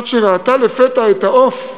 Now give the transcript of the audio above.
עד שראתה לפתע את העוף,